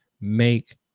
make